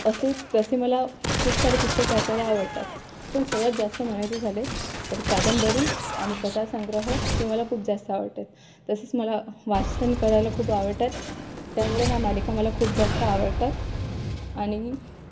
असे तसे मला खूप सारे पुस्तक वाचायला आवडतात पण सर्वात जास्त म्हणायचे झाले तर कादंबरी आणि कथा संग्रह हे मला खूप जास्त आवडतात तसेच मला वाटसन कळायला खूप आवडतात त्यामुळे ह्या मालिका मला खूप जास्त आवडतात आणि